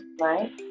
right